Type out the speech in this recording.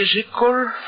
Physical